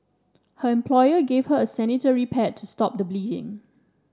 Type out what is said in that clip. her employer gave her a sanitary pad to stop the bleeding